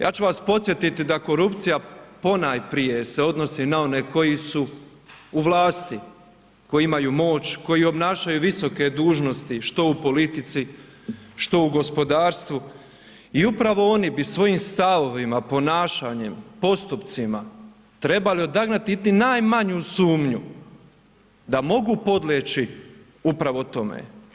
Ja ću vas podsjetiti da korupcija ponajprije se odnosi na one koji su u vlasti koji imaju moć, koji obnašaju visoke dužnosti što u politici, što u gospodarstvu i upravo oni bi svojim stavovima, ponašanjem, postupcima trebali odagnati iti najmanju sumnju da mogu podleći upravo tome.